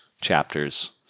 chapters